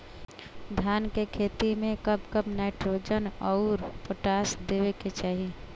धान के खेती मे कब कब नाइट्रोजन अउर पोटाश देवे के चाही?